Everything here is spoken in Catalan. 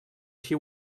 així